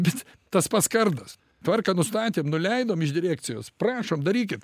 bet tas pats kardas tvarką nustatėm nuleidom iš direkcijos prašom darykit